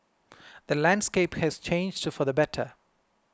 the landscape has changed for the better